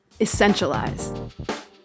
essentialize